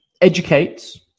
educates